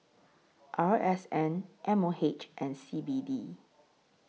R S N M O H and C B D